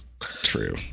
true